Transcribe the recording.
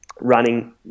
running